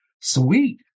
sweet